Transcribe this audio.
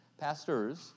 pastors